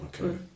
Okay